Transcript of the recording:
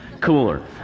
cooler